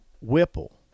Whipple